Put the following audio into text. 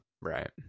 right